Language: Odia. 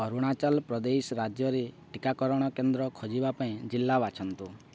ଅରୁଣାଚଳ ପ୍ରଦେଶ ରାଜ୍ୟରେ ଟିକାକରଣ କେନ୍ଦ୍ର ଖୋଜିବା ପାଇଁ ଜିଲ୍ଲା ବାଛନ୍ତୁ